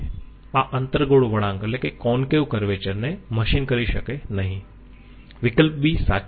ચાલો આપણે આ તરફ પાછા આવીયે આ અંતર્ગોળ વળાંક ને મશીન કરી શકે નહીં વિકલ્પ b સાચો છે